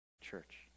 Church